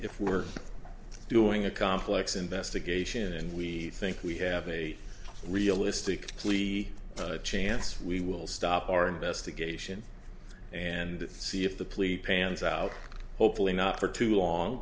if we're doing a complex investigation and we think we have a realistic we had a chance we will stop our investigation and see if the police pans out hopefully not for too long